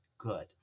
good